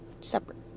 separate